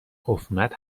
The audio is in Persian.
عفونت